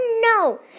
no